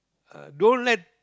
uh don't let